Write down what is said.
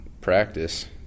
practice